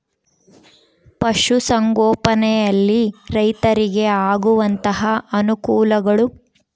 ಪಶುಸಂಗೋಪನೆಯಲ್ಲಿ ರೈತರಿಗೆ ಆಗುವಂತಹ ಅನುಕೂಲಗಳು?